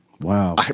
Wow